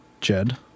Jed